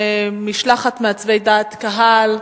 משלחת מעצבי דעת קהל.